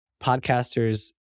podcasters